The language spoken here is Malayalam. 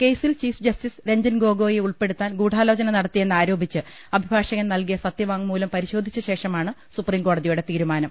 കേസിൽ ചീഫ് ജസ്റ്റിസ് രഞ്ജൻ ഗൊഗോയിയെ ഉൾപ്പെടുത്താൻ ഗൂഢാലോചന നടത്തിയെന്നാരോ പിച്ച് അഭിഭാഷകൻ നൽകിയ സത്യവാങ്മൂലം പരിശോധിച്ച ശേഷ മാണ് സുപ്രിംകോടതിയുടെ തീരുമാനം